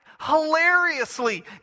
hilariously